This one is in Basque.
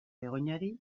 begoñari